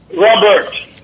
Robert